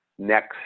next